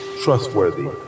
Trustworthy